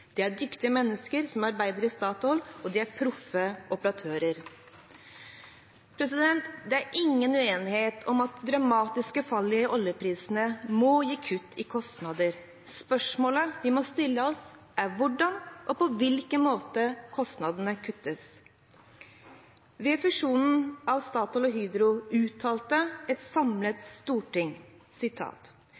Det er dyktige mennesker som arbeider i Statoil, og de er proffe operatører. Det er ingen uenighet om at det dramatiske fallet i oljeprisen må gi kutt i kostnader. Spørsmålet vi må stille oss, er hvordan og på hvilken måte kostnadene kuttes. Ved fusjonen av Statoil og Hydro uttalte en samlet